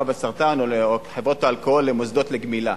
בסרטן או חברות האלכוהול למוסדות לגמילה.